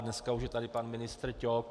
Dneska už je tady pan ministr Ťok.